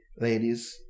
ladies